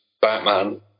Batman